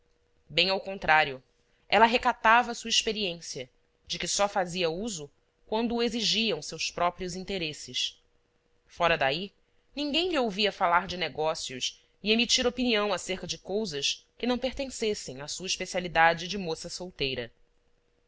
bem ao contrário ela recatava sua experiência de que só fazia uso quando o exigiam seus próprios interesses fora daí ninguém lhe ouvia falar de negócios e emitir opinião acerca de cousas que não pertencessem à sua especialidade de moça solteira